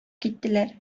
киттеләр